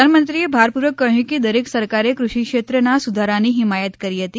પ્રધાનમંત્રીએ ભાર પૂર્વક કહ્યું કે દરેક સરકારે ક઼ષિ ક્ષેત્રના સુધારાની હિમાયત કરી હતી